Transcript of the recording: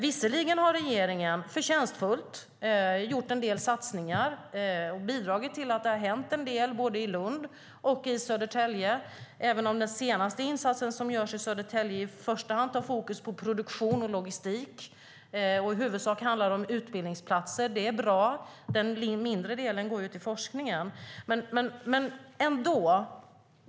Visserligen har regeringen förtjänstfullt gjort en del satsningar och bidragit till att det har hänt en del i både Lund och Södertälje, även om den senaste insatsen i Södertälje i första hand har fokus på produktion och logistik. I huvudsak handlar det om utbildningsplatser, och det är bra. Den mindre delen går till forskningen.